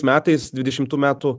metais dvidešimt metų